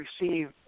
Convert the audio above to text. receive